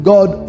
God